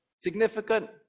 significant